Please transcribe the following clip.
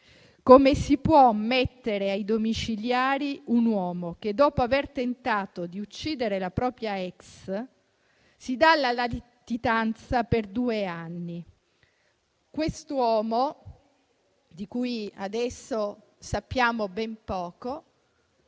Come si può mettere ai domiciliari un uomo che, dopo aver tentato di uccidere la propria ex, si dà alla latitanza per due anni? Quest'uomo, di cui adesso sappiamo ben poco,